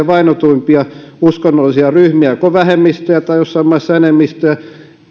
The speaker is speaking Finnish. vainotuimpia uskonnollisia ryhmiä joko vähemmistönä tai jossain maissa enemmistönä